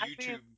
YouTube